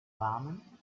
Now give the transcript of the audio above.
rahmen